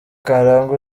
karangwa